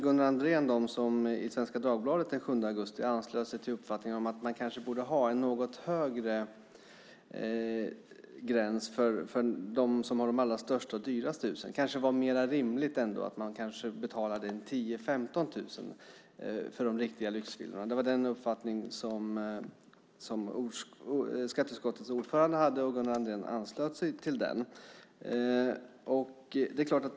Gunnar Andrén tillhör dem som i Svenska Dagbladet den 7 augusti anslöt sig till uppfattningen att man kanske borde ha en något högre gräns för dem som har de allra största och dyraste husen, att det kanske var mer rimligt att betala 10 000-15 000 för de riktiga lyxvillorna. Det var den uppfattningen som skatteutskottets ordförande hade, och Gunnar Andrén anslöt sig till den.